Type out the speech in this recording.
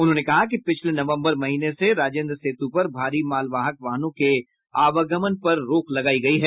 उन्होंने कहा कि पिछले नवम्बर महीने से राजेन्द्र सेतु पर भारी मालवाहक वाहनों के आवागमन पर रोक लगायी गयी है